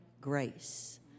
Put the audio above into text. grace